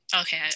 Okay